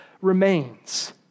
remains